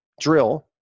drill